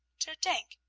der dank!